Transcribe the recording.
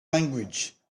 language